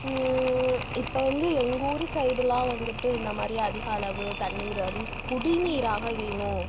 இப்போ வந்து எங்க ஊர் சைடுலாம் வந்துட்டு இந்த மாதிரி அதிக அளவு தண்ணீர் அதுவும் குடிநீராக வேணும்